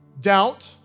doubt